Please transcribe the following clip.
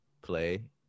play